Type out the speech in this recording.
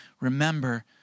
remember